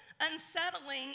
unsettling